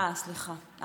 אה, סליחה.